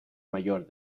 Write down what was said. mayor